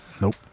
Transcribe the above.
Nope